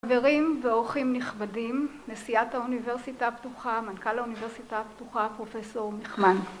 חברים ועורכים נכבדים, נשיאת האוניברסיטה הפתוחה, מנכ״ל האוניברסיטה הפתוחה, פרופ׳ נחמן